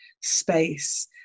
space